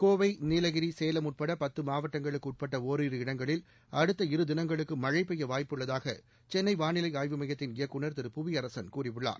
கோவை நீலகிரி சேலம் உட்பட பத்து மாவட்டங்களுக்கு உட்பட்ட ஓரிரு இடங்களில் அடுத்த இரு தினங்களுக்கு மழை பெய்ய வாய்ட்டு உள்ளதாக சென்னை வானிலை ஆய்வு மையத்தின் இயக்குநர் திரு புவியரசன் கூறியுள்ளார்